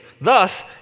thus